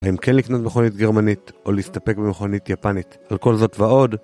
האם כן לקנות מכונית גרמנית, או להסתפק במכונית יפנית? על כל זאת ועוד...